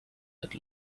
had